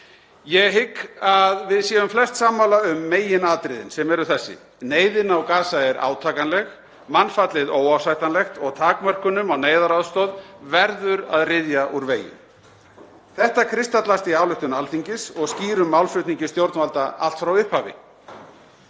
Ég hygg að við séum flest sammála um meginatriðin sem eru þessi: Neyðin á Gaza er átakanleg, mannfallið óásættanlegt og takmörkunum á neyðaraðstoð verður að ryðja úr vegi. Þetta kristallast í ályktun Alþingis og skýrum málflutningi stjórnvalda allt frá upphafi.